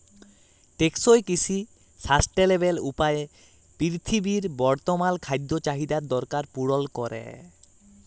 টেকসই কিসি সাসট্যালেবেল উপায়ে পিরথিবীর বর্তমাল খাদ্য চাহিদার দরকার পুরল ক্যরে